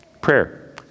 Prayer